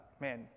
man